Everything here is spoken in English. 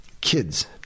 Kids